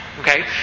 okay